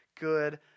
good